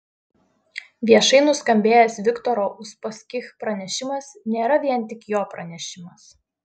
viešai nuskambėjęs viktoro uspaskich pranešimas nėra vien tik jo pranešimas